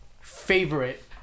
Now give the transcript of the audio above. favorite